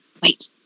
Wait